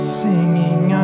singing